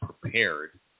prepared